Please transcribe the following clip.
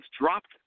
dropped